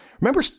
Remember